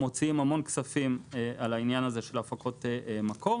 מוציאים המון כסף על הפקות מקור.